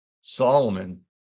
solomon